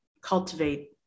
cultivate